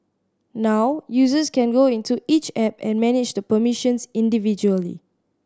now users can go into each app and manage the permissions individually